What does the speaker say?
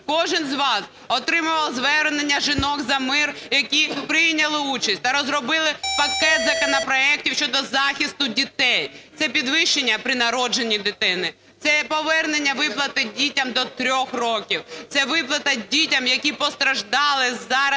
Кожен з вас отримував звернення "Жінок за мир", які прийняли участь та розробили пакет законопроектів щодо захисту дітей. Це підвищення при народженні дитини, це повернення виплати дітям до 3 років, це виплата дітям, які постраждали зараз